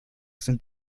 sind